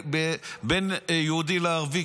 בין יהודי לערבי,